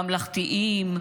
ממלכתיים,